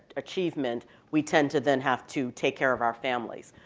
achievement we tend to then have to take care of our families.